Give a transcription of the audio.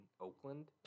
Oakland